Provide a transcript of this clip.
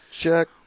check